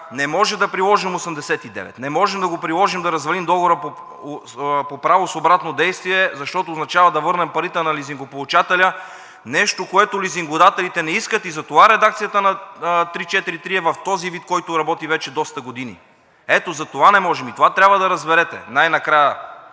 не можем да приложим чл. 89, не можем да го приложим да развалим договора по право с обратно действие, защото означава да върнем парите на лизингополучателя, нещо което лизингодателите не искат, и затова редакцията на чл. 343 е в този вид, който работи вече доста години. Ето затова не можем и това трябва да разберете най-накрая,